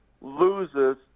Loses